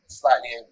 slightly